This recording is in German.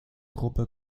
gruppe